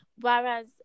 whereas